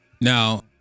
Now